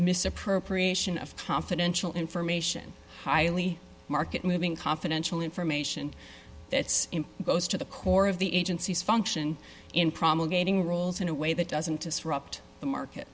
misappropriation of confidential information highly market moving confidential information that's in goes to the core of the agency's function in promulgating rules in a way that doesn't disrupt the market